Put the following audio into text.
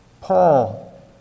Paul